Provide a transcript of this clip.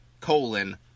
colon